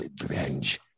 revenge